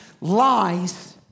lies